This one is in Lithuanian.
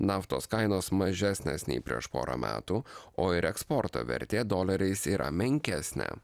naftos kainos mažesnės nei prieš porą metų o ir eksporto vertė doleriais yra menkesnė